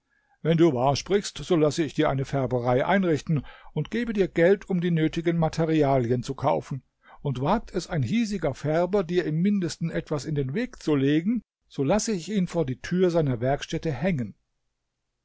wenn du wahr sprichst so lasse ich dir eine färberei einrichten und gebe dir geld um die nötigen materialien zu kaufen und wagt es ein hiesiger färber dir im mindesten etwas in den weg zu legen so lasse ich ihn vor die tür seiner werkstätte hängen